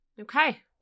Okay